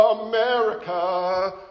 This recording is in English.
America